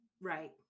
Right